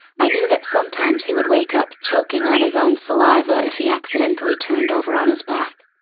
i knew that sometimes he would wake up choking on his own saliva if he accidentally turned over on his back.